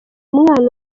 umwana